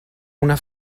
una